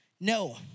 No